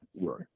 Right